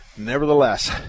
Nevertheless